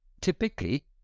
Typically